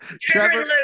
Trevor